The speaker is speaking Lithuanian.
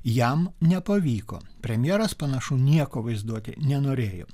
jam nepavyko premjeras panašu nieko vaizduoti nenorėjo